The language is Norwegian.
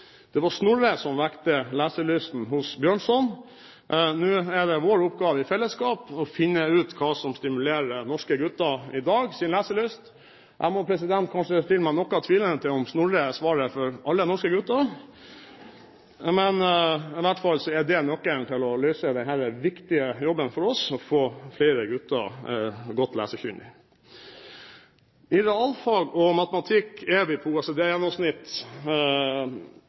Det var Snorre som vekket leselysten hos Bjørnson. Nå er det vår oppgave i fellesskap å finne ut hva som stimulerer leselysten til norske gutter i dag. Jeg må kanskje stille meg noe tvilende til om Snorre er svaret for alle norske gutter, men i hvert fall er det nøkkelen til å løse denne viktige jobben for oss, å få flere gutter godt lesekyndige. I realfag og matematikk er vi på